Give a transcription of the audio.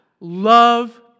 Love